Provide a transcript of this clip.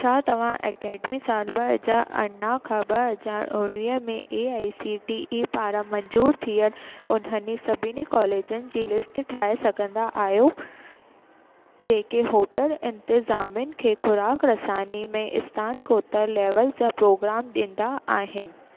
छा तव्हां ऐकडेमी साल ॿ हजार अरिड़हं खां ॿ हज़ार उणिवीह में A I C T E पारां मंजूर थियल उन्हनि सभिनी कॉलेजनि जी लिस्ट ठाहे सघंदा आहियो जेके होटल इंतिजामीन ऐं खुराक रसानी में स्नात्कोत्तर लेवल जा प्रोग्राम ॾींदा आहिनि